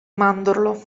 mandorlo